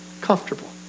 comfortable